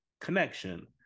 connection